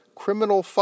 criminal